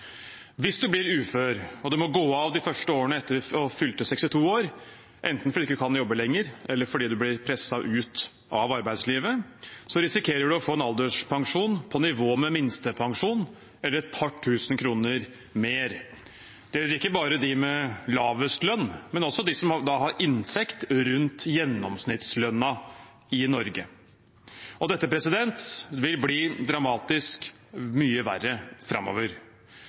Hvis man blir ufør og må gå av de første årene etter fylte 62 år, enten fordi man ikke kan jobbe lenger, eller fordi man blir presset ut av arbeidslivet, risikerer man å få en alderspensjon på nivå med minstepensjon, eller et par tusen kroner mer. Det gjelder ikke bare dem med lavest lønn, men også dem som har en inntekt rundt gjennomsnittslønnen i Norge, og dette vil bli dramatisk mye verre framover.